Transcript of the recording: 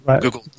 Google